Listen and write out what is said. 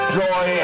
joy